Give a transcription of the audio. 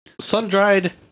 sun-dried